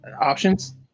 Options